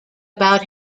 about